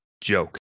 joke